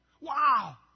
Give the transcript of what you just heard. Wow